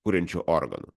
kuriančiu organu